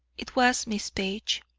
it was miss page.